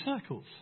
circles